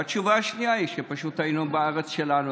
והתשובה השנייה היא שפשוט היינו בארץ שלנו,